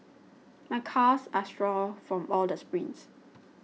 my calves are sore from all the sprints